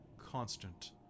constant